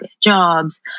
jobs